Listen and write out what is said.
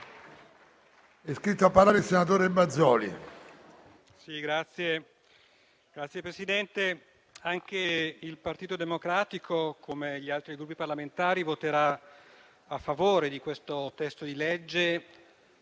Signor Presidente, anche il Partito Democratico, come gli altri Gruppi parlamentari, voterà a favore di questo testo di legge,